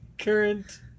current